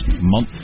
month